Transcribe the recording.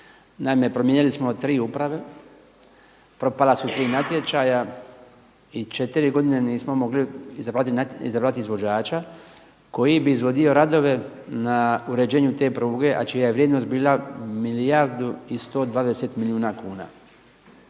Naime, promijenili smo tri uprave, propala su tri natječaja i četiri godine nismo mogli izabrati izvođača koji bi izvodio radove na uređenju te pruge, a čija je vrijednost bila milijardu i 120 milijuna kuna.